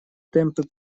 темпы